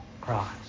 Christ